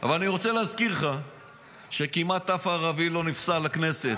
אבל אני רוצה להזכיר לך שכמעט אף ערבי לא נפסל לכנסת.